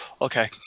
Okay